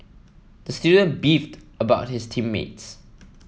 the student beefed about his team mates